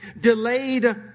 Delayed